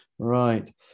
Right